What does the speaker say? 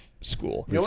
school